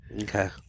Okay